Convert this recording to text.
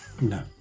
No